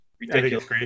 Ridiculous